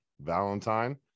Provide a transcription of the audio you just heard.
Valentine